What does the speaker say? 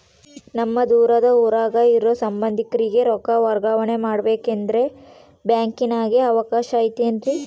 ನಮ್ಮ ದೂರದ ಊರಾಗ ಇರೋ ಸಂಬಂಧಿಕರಿಗೆ ರೊಕ್ಕ ವರ್ಗಾವಣೆ ಮಾಡಬೇಕೆಂದರೆ ಬ್ಯಾಂಕಿನಾಗೆ ಅವಕಾಶ ಐತೇನ್ರಿ?